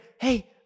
hey